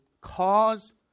cause